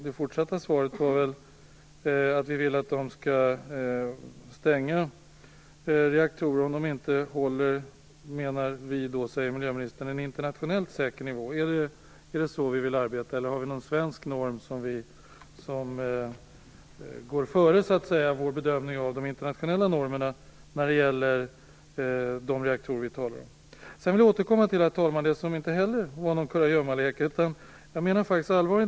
Jag uppfattade det så, att miljöministern sade att vi vill att de skall stänga reaktorer om dessa inte håller en internationellt säker nivå. Är det så vi vill arbeta, eller har vi någon svensk norm som så att säga går före vår bedömning av de internationella normerna när det gäller de reaktorer vi talar om? Sedan vill jag återkomma till frågan om man har vidtagit de säkerhetshöjande åtgärderna inne i reaktorn.